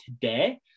today